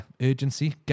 urgency